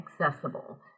accessible